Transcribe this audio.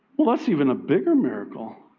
well, that's even a bigger miracle.